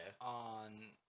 On